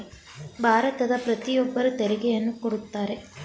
ಭಾರತದ ಪ್ರತಿಯೊಬ್ಬರು ತೆರಿಗೆಯನ್ನು ಕೊಡುತ್ತಾರೆ